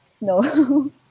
no